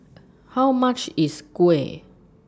How much IS Kuih